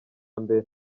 mbere